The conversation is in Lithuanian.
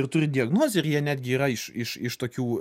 ir turi diagnozę ir jie netgi yra iš iš iš tokių